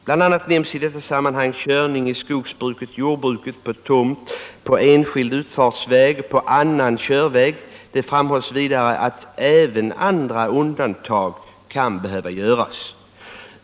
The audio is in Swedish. Bl.a. nämns i detta sammanhang körning i skogsbruket och jordbruket, på tomt, på enskild utfartsväg och på annan körväg i terrängen. Det framhålls vidare att även andra undantag kan behöva göras.